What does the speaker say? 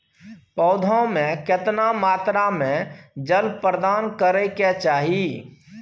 पौधों में केतना मात्रा में जल प्रदान करै के चाही?